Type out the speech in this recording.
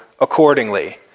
accordingly